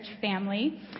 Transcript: family